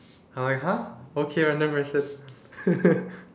I was like !huh! okay random person